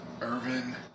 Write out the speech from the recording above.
Irvin